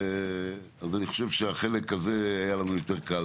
אז אני חושב שהחלק הזה היה לנו יותר קל